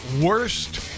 worst